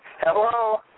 Hello